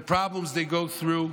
the problems they go through,